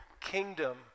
kingdom